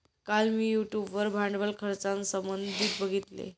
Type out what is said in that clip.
काल मी यूट्यूब वर भांडवल खर्चासंबंधित बघितले